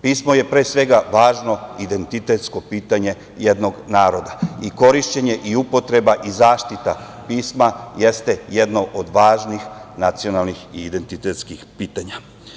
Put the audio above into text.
Pismo je pre svega važno identitetsko pitanje jednog naroda i korišćenje i upotreba i zaštita pisma jeste jedno od važnih nacionalnih i identitetskih pitanja.